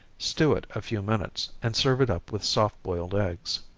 stew it a few minutes, and serve it up with soft boiled eggs.